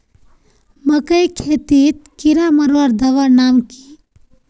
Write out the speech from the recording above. मकई खेतीत कीड़ा मारवार दवा नाम की?